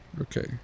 Okay